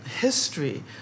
history